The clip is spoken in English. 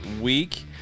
week